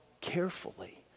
carefully